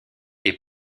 est